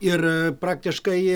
ir praktiškai